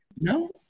No